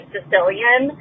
Sicilian